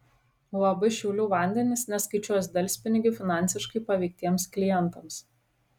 uab šiaulių vandenys neskaičiuos delspinigių finansiškai paveiktiems klientams